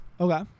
Okay